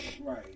right